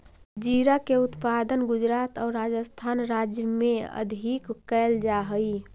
जीरा के उत्पादन गुजरात आउ राजस्थान राज्य में अधिक कैल जा हइ